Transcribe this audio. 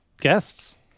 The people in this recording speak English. guests